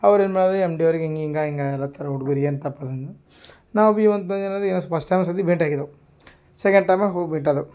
ಅವ್ರು ಏನ್ಮಾಡಿದ್ರು M D ಅವ್ರಿಗೆ ಹಿಂಗೆ ಹಿಂಗೆ ಹಿಂಗೆ ಹೇಳೋತರೆ ಹುಡುಗ್ರು ಏನು ತಪ್ಪದ ಅಂದು ನಾವು ಬಿ ಇವಂತ ಏನಾದಿ ಪಸ್ಟ ಒಂದುಸತಿ ಭೇಟಿ ಆಗಿದೆವು ಸೆಕೆಂಡ್ ಟೈಮಗೆ ಹೋಗಿ ಭೇಟಾದೇವ್